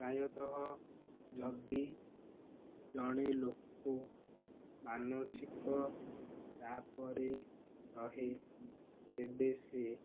ପ୍ରାୟତଃ ଯଦି ଜଣେ ଲୋକ ମାନସିକ ଚାପରେ ରହେ ତେବେ ସେ